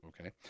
okay